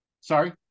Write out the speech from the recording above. Sorry